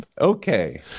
Okay